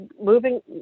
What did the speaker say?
moving